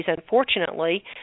Unfortunately